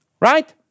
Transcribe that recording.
right